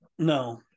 No